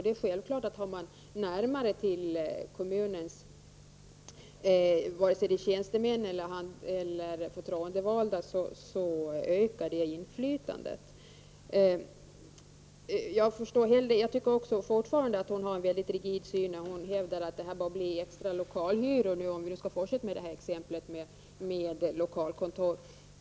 Om man har närmare till kommunens tjänstemän eller förtroendevalda, är det självklart att det ökar inflytandet. Jag tycker fortfarande att Ylva Annerstedt har en mycket rigid syn när hon hävdar att detta bara leder till extra lokalhyror, om vi nu skall fortsätta med exemplet med lokalkontor.